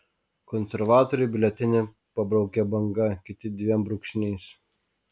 konservatoriai biuletenį pabraukia banga kiti dviem brūkšniais